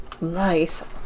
nice